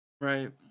right